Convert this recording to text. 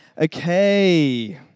Okay